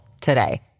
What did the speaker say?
today